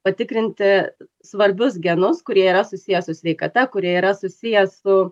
patikrinti svarbius genus kurie yra susiję su sveikata kurie yra susiję su